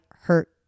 hurt